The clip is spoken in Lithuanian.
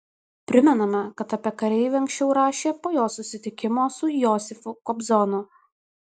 primename kad apie kareivį anksčiau rašė po jo susitikimo su josifu kobzonu